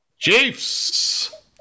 Chiefs